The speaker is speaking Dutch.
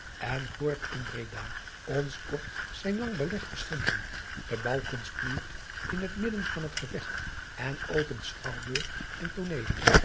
en hoort in reda ns kort zijn lang belegh beschimpen e ouwkunst bloeit in t midden van t gevecht n opent chouwburgh en